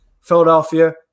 Philadelphia